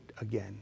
again